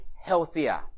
healthier